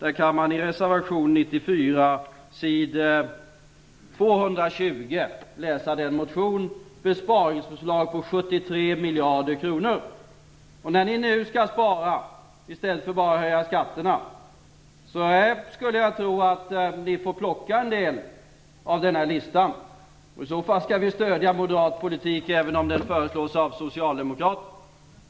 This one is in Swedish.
I reservation 93 kan man på s. 220 läsa om besparingsförslag på 73 När ni nu skall spara, i stället för att bara höja skatterna, skulle jag tro att ni får plocka en del från den här listan. I så fall skall vi stödja moderat politik, även om den föreslås av socialdemokrater.